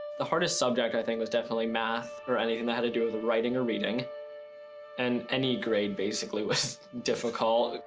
the hardest subject i think was definitely math or anything they had to do with writing or reading and any grade basically was difficult.